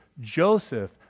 Joseph